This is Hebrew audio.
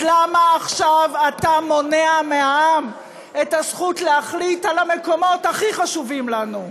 אז למה עכשיו אתה מונע מהעם את הזכות להחליט על המקומות הכי חשובים לנו?